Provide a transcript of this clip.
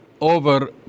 over